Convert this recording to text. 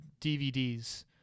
DVDs